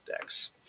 decks